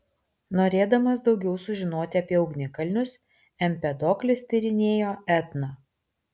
norėdamas daugiau sužinoti apie ugnikalnius empedoklis tyrinėjo etną